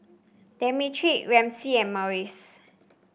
Demetric Ramsey and Maurice